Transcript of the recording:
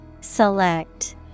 Select